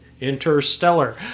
Interstellar